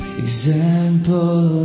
example